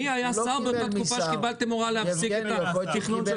מי היה שר באותה תקופה שקיבלתם הוראה להפסיק את התכנון של התחנה.